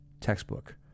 textbook